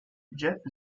jet